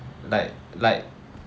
like like